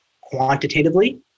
quantitatively